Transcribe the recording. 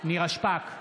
נירה שפק,